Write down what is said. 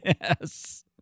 yes